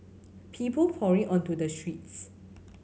people pouring onto the streets